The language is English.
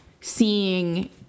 seeing